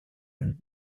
durant